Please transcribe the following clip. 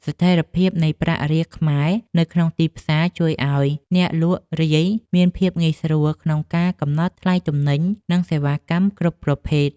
ស្ថិរភាពនៃប្រាក់រៀលខ្មែរនៅក្នុងទីផ្សារជួយឱ្យអ្នកលក់រាយមានភាពងាយស្រួលក្នុងការកំណត់ថ្លៃទំនិញ និងសេវាកម្មគ្រប់ប្រភេទ។